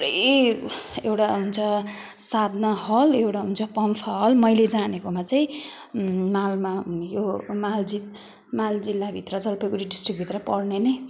थुप्रै एउटा हुन्छ साधना हल एउटा हुन्छ पम्फा हल मैले जानेकोमा चाहिँ मालमा यो माल जि माल जिल्लाभित्र जलपाइगुडी डिस्ट्रिक्ट भित्र पर्ने नै